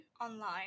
online